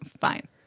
fine